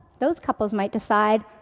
those couples might decide,